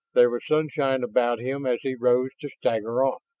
there was sunshine about him as he arose to stagger on.